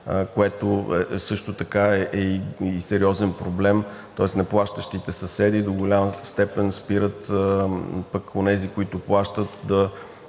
което също така е сериозен проблем, тоест неплащащите съседи до голяма степен спират пък онези, които плащат, за